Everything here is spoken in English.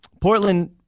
Portland